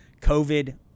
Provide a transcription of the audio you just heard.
COVID